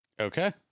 Okay